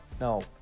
no